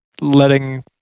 letting